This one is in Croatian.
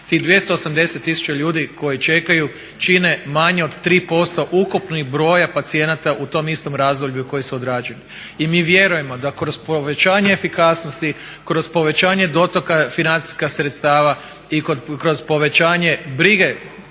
Tih 280 tisuća ljudi koji čekaju čine manje od 3% ukupnog broja pacijenata u tom istom razdoblju koji su odrađeni. I mi vjerujemo da kroz povećanje efikasnosti, kroz povećanje dotoka financijskih sredstava i kroz povećanje brige